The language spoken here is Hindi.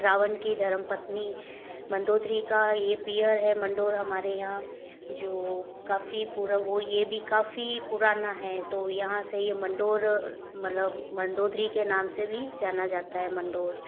रावण की धर्मपत्नी मंदोदरी का यह पीहर है मंडोर हमारे यहाँ जो काफ़ी पूरव वो ये भी काफ़ी पुराना है तो यहाँ से यह मंडोर मतलब मंदोदरी के नाम से भी जाना जाता है मंडोर